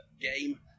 game